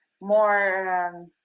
more